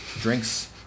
drinks